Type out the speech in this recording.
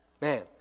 man